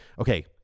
okay